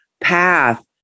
path